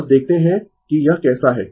बस देखते है कि यह कैसा है